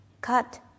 cut